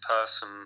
person